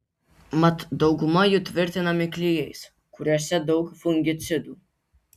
mat dauguma jų tvirtinami klijais kuriuose daug fungicidų